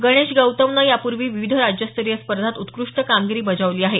गणेश गौतमनं या पूर्वी विविध राज्यस्तरीय स्पर्धांत उत्कृष्ट कामगिरी बजावली आहे